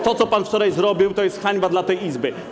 To, co pan wczoraj zrobił, to jest hańba dla tej Izby.